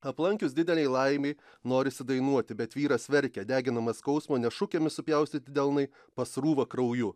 aplankius didelei laimei norisi dainuoti bet vyras verkia deginamą skausmą nes šukėmis supjaustyti delnai pasrūva krauju